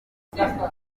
umuyobozi